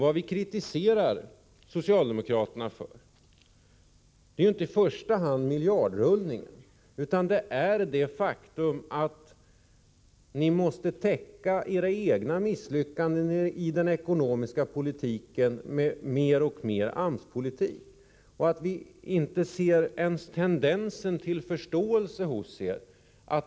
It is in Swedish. Vad vi kritiserar socialdemokraterna för är inte i första hand miljardrullningen, utan det faktum att ni måste täcka era egna misslyckanden i den ekonomiska politiken med mer och mer AMS politik, att vi inte ens ser en tendens till förståelse hos er.